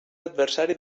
adversari